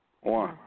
One